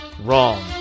wrong